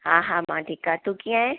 हा हा मां ठीकु आहियां तूं कीअं आहीं